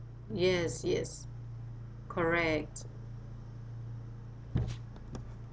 yes yes correct